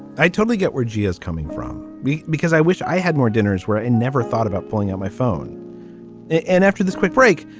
i totally get where g is coming from because i wish i had more dinners where i never thought about pulling out my phone and after this quick break.